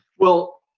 well,